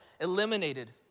eliminated